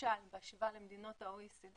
בהשוואה למדינות ה-OECD